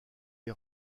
est